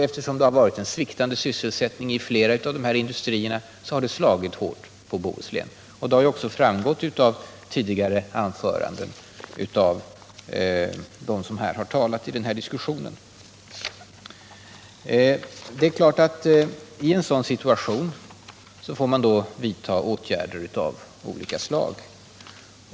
Eftersom det varit en sviktande sysselsättning i flera av de här industrierna, så har det slagit Nr 39 mycket hårt på Bohuslän. Det har ju också framgått av de tidigare anförandena i den här debatten. Det är klart att man i en sådan situation får lov att vidta åtgärder. I av olika slag.